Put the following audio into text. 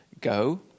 go